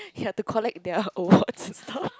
you have to collect their award and stuff